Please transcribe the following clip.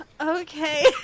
Okay